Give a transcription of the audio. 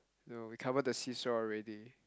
no we covered the seesaw already